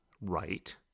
right